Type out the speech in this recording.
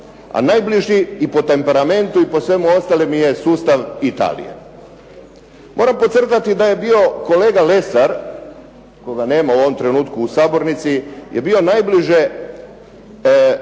A najbliži i po temperamentu i svemu ostalom je sustav Italije. Moram podcrtati da je bio kolega Lesar koga nema u ovom trenutku u sabornici je bio najbliže